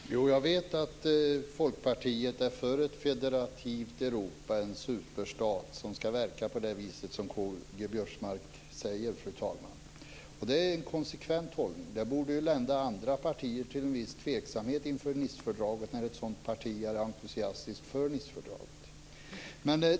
Fru talman! Jag vet att Folkpartiet är för ett federativt Europa - en superstat som ska verka på det viset som K-G Biörsmark säger. Det är en konsekvent hållning. Det borde lända andra partier till en viss tveksamhet inför Nicefördraget när ett sådant parti är entusiastiskt för fördraget.